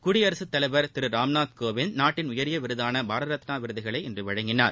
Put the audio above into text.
குடியரசுத் தலைவா் திரு ராம்நாத் கோவிந்த் நாட்டின் உயரிய விருதான பாரத ரத்னா விருதுகளை இன்று வழங்கினார்